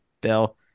bill